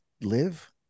live